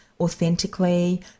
authentically